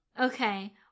Okay